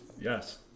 Yes